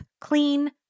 clean